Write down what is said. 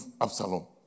Absalom